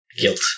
guilt